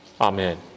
Amen